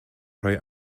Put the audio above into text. rhoi